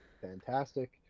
fantastic